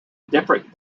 different